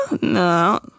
No